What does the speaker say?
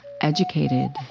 educated